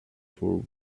for